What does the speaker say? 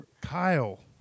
Kyle